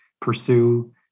pursue